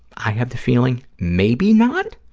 i have the feeling maybe not,